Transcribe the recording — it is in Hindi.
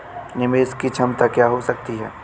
निवेश की क्षमता क्या हो सकती है?